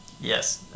yes